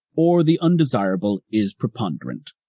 or the undesirable is preponderant.